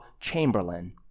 Chamberlain